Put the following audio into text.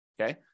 okay